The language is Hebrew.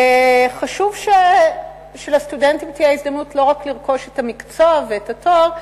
לכן חשוב שלסטודנטים תהיה הזדמנות לא רק לרכוש את המקצוע ואת התואר,